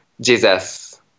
Jesus